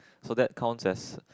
so that counts as